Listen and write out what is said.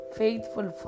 faithful